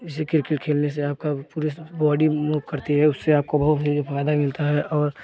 जैसे क्रिकेट खेलने से आपका पूरा से बॉडी मूव करती है उससे आपको बहुत ही फ़ायदा मिलता है और